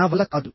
నా వల్ల కాదు